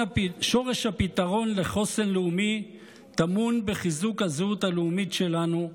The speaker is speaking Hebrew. "שורש הפתרון לחוסן לאומי טמון בחיזוק הזהות הלאומית שלנו,